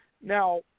now